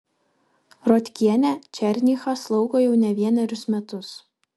rotkienė černychą slaugo jau ne vienerius metus